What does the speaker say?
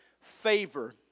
favor